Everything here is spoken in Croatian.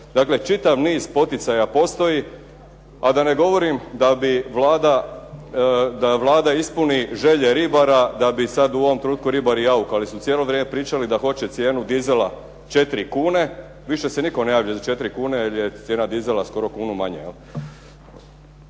Dakle, čitav niz poticaja postoji a da ne govorim da Vlada ispuni želje ribara da bi sad u ovom trenutku jaukali jer su cijelo vrijeme pričali da hoće cijenu dizela 4 kuna, više se nitko ne javlja za 4 kune jer je cijela dizela skoro kunu manje.